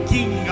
King